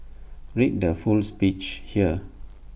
read the full speech here